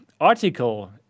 article